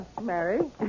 Mary